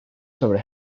sobre